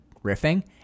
riffing